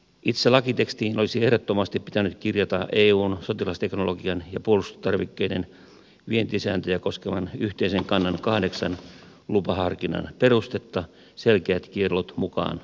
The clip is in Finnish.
itse lakitekstiin olisi ehdottomasti pitänyt kirjata eun sotilasteknologian ja puolustustarvikkeiden vientisääntöjä koskevan yhteisen kannan kahdeksan lupaharkinnan perustetta selkeät kiellot mukaan lukien